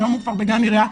והיום הוא כבר בגן עירייה,